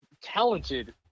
talented